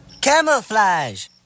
Camouflage